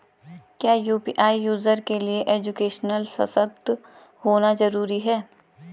क्या UPI user के लिए एजुकेशनल सशक्त होना जरूरी है?